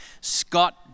Scott